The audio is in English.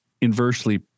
inversely